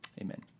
Amen